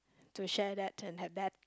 to share that turn have that